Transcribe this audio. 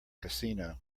casino